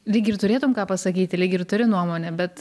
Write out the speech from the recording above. lyg ir turėtum ką pasakyti lyg ir turi nuomonę bet